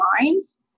minds